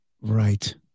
Right